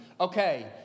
okay